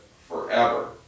forever